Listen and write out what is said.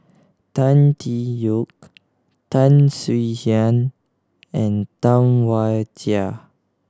Tan Tee Yoke Tan Swie Hian and Tam Wai Jia